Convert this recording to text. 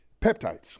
peptides